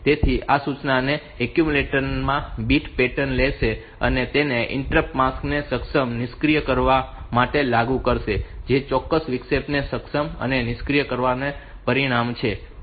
તેથી આ સૂચના તે એક્યુમ્યુલેટર માં બીટ પેટર્ન લેશે અને તેને ઇન્ટરપ્ટ માસ્ક ને સક્ષમ અને નિષ્ક્રિય કરવા માટે લાગુ કરશે જે ચોક્કસ વિક્ષેપને સક્ષમ અને નિષ્ક્રિય કરવામાં પરિણમશે